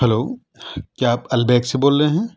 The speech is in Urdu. ہلو کیا آپ البیک سے بول رہے ہیں